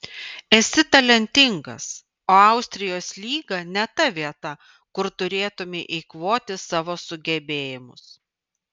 esi talentingas o austrijos lyga ne ta vieta kur turėtumei eikvoti savo sugebėjimus